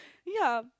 yeah